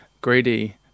greedy